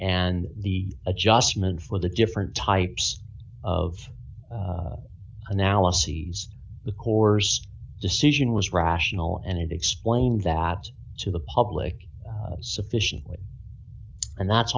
and the adjustment for the different types of analyses the course decision was rational and explain that to the public sufficiently and that's